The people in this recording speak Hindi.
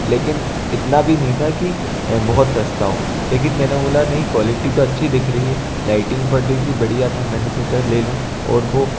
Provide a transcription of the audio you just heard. लेकिन इतना भी नहीं था कि बहुत सस्ता हो लेकिन मैंने बोला नहीं क्वालिटी तो अच्छी दिख रही है लाइटिंग पड़ी थी बढ़िया था मैंने सोचा ले लूँ और वह